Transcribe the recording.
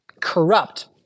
corrupt